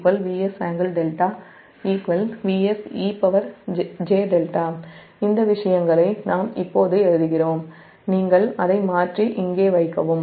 𝑉𝑆 |𝑉𝑆|∟δ|𝑉𝑆| 𝑒j𝜹 இந்த விஷயங்களை நாம் இப்போது எழுதுகிறோம் நீங்கள் அதை மாற்றி இங்கே வைக்கவும்